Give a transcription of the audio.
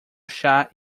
chá